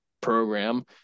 program